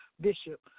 Bishop